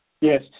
Yes